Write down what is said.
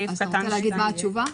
אתה רוצה להגיד מה התשובה?